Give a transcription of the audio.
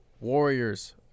Warriors